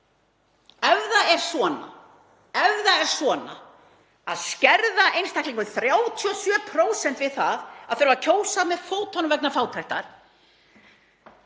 utan um þau? Ef það er svona, að skerða einstaklinga um 37% við það að þurfa að kjósa með fótunum vegna fátæktar,